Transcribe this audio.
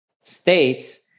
states